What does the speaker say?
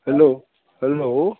hello hello